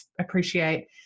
appreciate